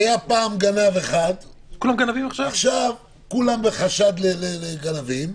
היה פעם גנב אחד ועכשיו כולם חשודים כגנבים.